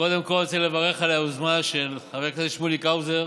קודם כול אני רוצה לברך על היוזמה של חבר הכנסת שמוליק האוזר.